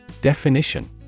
Definition